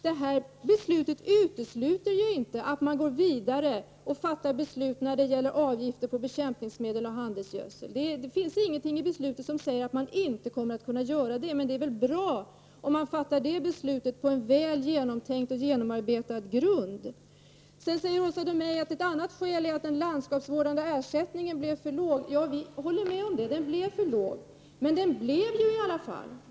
Det här beslutet utesluter inte att man går vidare och fattar beslut när det gäller avgifter på bekämpningsmedel och handelsgödsel. Det finns ingenting i beslutet som säger att man inte kommer att kunna göra det. Men det är väl bra om man fattar det beslutet på en väl genomtänkt och genomarbetad grund. Sedan säger Åsa Domeij att ett annat skäl är att ersättningen för landskapsvårdande åtgärder blev för låg. Vi håller med om det — den blev för låg. Men den kom ju i alla fall till!